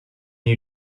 you